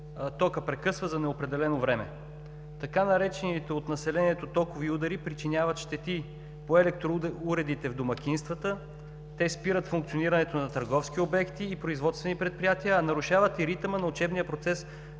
токът прекъсва за неопределено време. Така наречените от населението „токови удари“ причиняват щети по електроуредите в домакинствата. Те спират функционирането на търговски обекти и производствени предприятия и нарушават ритъма на учебния процес